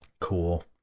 cool